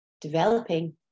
developing